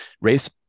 race